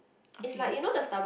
okay